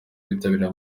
bitabiriye